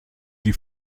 die